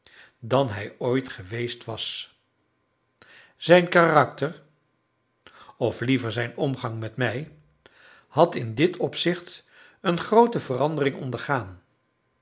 dan hij ooit geweest was zijn karakter of liever zijn omgang met mij had in dit opzicht een groote verandering ondergaan